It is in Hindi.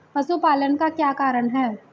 पशुपालन का क्या कारण है?